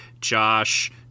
josh